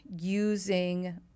using